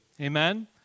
Amen